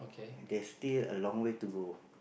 there's still a long way to go